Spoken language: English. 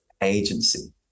agency